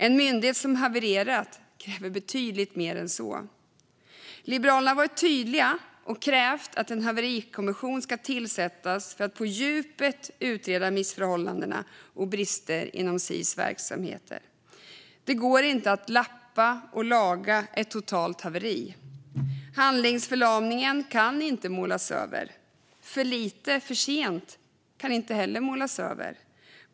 En myndighet som har havererat kräver betydligt mer än så. Liberalerna har varit tydliga med och krävt att en haverikommission ska tillsättas för att på djupet utreda missförhållanden och brister inom Sis verksamheter. Det går inte att lappa och laga ett totalt haveri. Handlingsförlamningen kan inte målas över. För lite, för sent kan inte heller målas över.